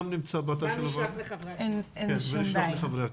כן וגם נשלח לחברי הכנסת.